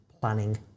planning